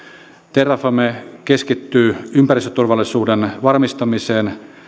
terrafame keskittyy ympäristöturvallisuuden varmistamiseen